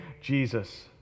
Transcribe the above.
Jesus